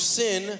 sin